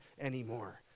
anymore